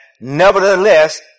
nevertheless